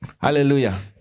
Hallelujah